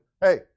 Hey